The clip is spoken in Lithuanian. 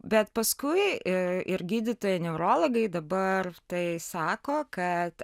bet paskui ir gydytojai neurologai dabar tai sako kad